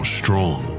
strong